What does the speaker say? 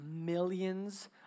millions